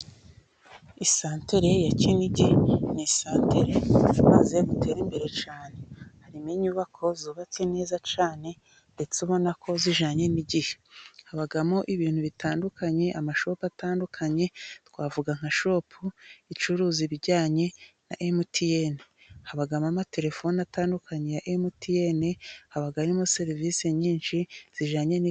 Isantere ya kinigi ni isantere imaze gutera imbere cyane, harimo inyubako zubatse neza cyane, ndetse ubona ko zijanye n'igihe, habamo ibintu bitandukanye ,amashopu atandukanye, twavuga nka shopu icuruza ibijyanye na emutiyene ,habamo amaterefone atandukanye, ya emutiyene haban harimo serivisi nyinshi zijyanye n'ikoranabuhanga.